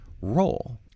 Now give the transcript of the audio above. role